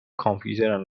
کامپیوترم